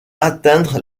atteindre